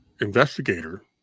investigator